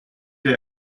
der